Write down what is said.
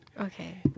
Okay